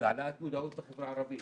והעלאת המודעות בחברה הערבית.